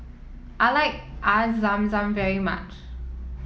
I like Air Zam Zam very much